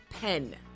pen